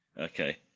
okay